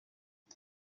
iki